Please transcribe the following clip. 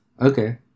Okay